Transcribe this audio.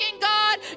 God